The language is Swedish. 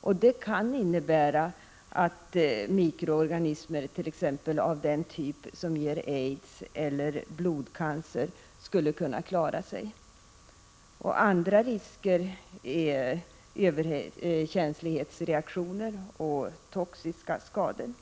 och det kan innebära att mikroorganismer, t.ex. av den typ som ger aids eller blodcancer, skulle kunna klara sig. Andra risker är överkänslighetsreaktioner och toxiska skador.